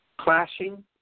clashing